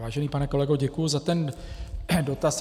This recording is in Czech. Vážený pane kolego, děkuji za dotaz.